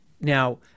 Now